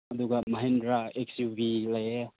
ꯑꯗꯨꯒ Mahindra X U V ꯂꯩꯌꯦ